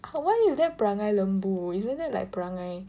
why is that perangai lembu isn't that like perangai